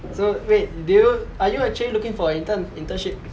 so wait do you are you actually looking for intern~ internship